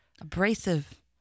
abrasive